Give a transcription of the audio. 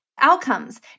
outcomes